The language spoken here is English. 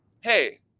hey